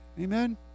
Amen